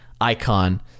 Icon